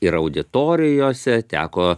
ir auditorijose teko